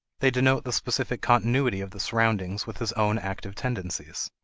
they denote the specific continuity of the surroundings with his own active tendencies.